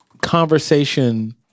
conversation